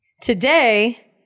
today